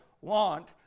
want